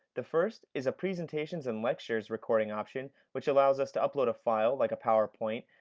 the first is a presentations and lectures recording option, which allows us to upload a file, like a powerpoint,